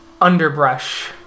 underbrush